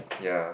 ya